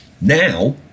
Now